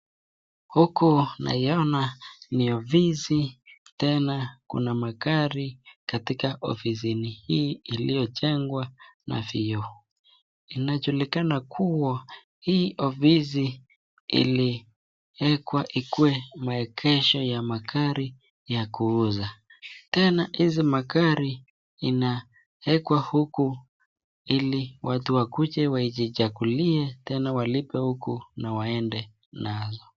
Huku naiona ni ofisi tena kuna magari katika ofisi hii iliyojengwa na vioo. Inajulikana kuwa hii ofisi iliwekwa ikue maegesho ya magari ya kuuza tena hizi magari inawekwa huku ili watu wakuje wajichagulie tena walipe huku na waende nazo.